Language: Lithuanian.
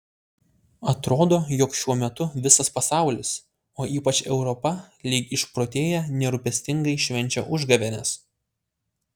atrodo jog šiuo metu visas pasaulis o ypač europa lyg išprotėję nerūpestingai švenčia užgavėnes